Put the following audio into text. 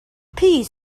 piece